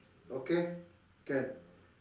okay can